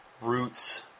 roots